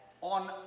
on